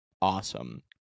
awesome